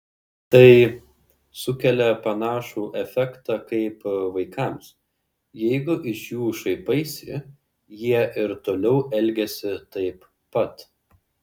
tai sukelia panašų efektą kaip vaikams jeigu iš jų šaipaisi jie ir toliau elgiasi taip pat